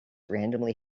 randomly